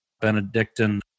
Benedictine